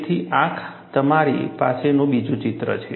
તેથી આ તમારી પાસેનું બીજું ચિત્ર છે